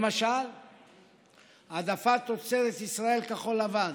למשל העדפת תוצרת ישראל כחול-לבן.